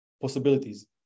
possibilities